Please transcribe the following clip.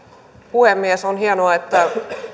puhemies on hienoa että